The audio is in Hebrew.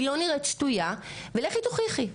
היא לא נראית שתויה ולכי תוכיחי,